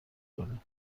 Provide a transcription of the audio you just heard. کنی